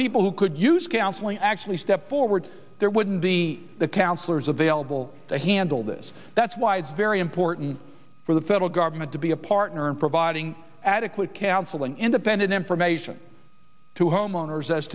people who could use counseling actually stepped forward there wouldn't be the counselors available to handle this that's why it's very important for the federal government to be a partner in providing adequate counsel and independent information to homeowners as